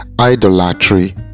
idolatry